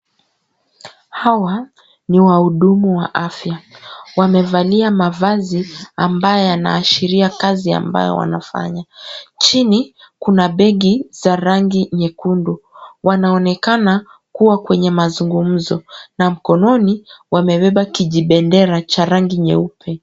Hawa ni wahudumu wa afya wamevalia mavazi ambayo yanaashiria kazi ambayo wanafanya, chini kuna begi za rangi nyekundu wanaonekana kuwa kwenye mazungumzo na mkononi wamebeba kijibendera cha rangi nyeupe.